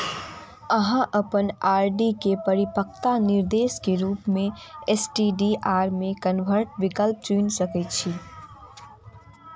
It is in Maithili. अहां अपन ई आर.डी के परिपक्वता निर्देश के रूप मे एस.टी.डी.आर मे कन्वर्ट विकल्प चुनि सकै छी